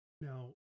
Now